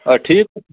آ ٹھیٖک